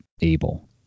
able